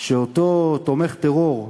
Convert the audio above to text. שאותו תומך טרור,